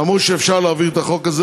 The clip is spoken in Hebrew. אמרו שאפשר להעביר את החוק הזה,